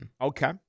Okay